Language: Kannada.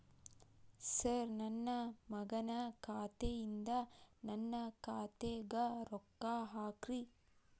ಸರ್ ನನ್ನ ಮಗನ ಖಾತೆ ಯಿಂದ ನನ್ನ ಖಾತೆಗ ರೊಕ್ಕಾ ಹಾಕ್ರಿ